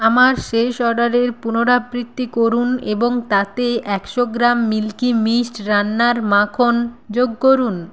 আমার শেষ অর্ডারের পুনরাবৃত্তি করুন এবং তাতে একশো গ্রাম মিল্কি মিস্ট রান্নার মাখন যোগ করুন